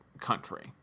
country